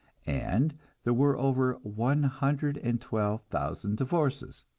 and there were over one hundred and twelve thousand divorces.